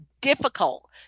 difficult